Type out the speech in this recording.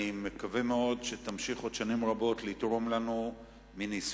אני מקווה מאוד שתמשיך עוד שנים רבות לתרום לנו מניסיונך,